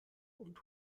und